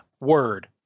word